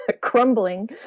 crumbling